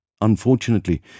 Unfortunately